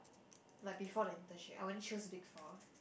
like before the internship I won't choose big four